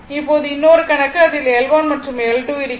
இப்போது இன்னொரு கணக்கு அதில் L1 மற்றும் L2 இருக்கிறது